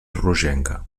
rogenca